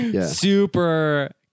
super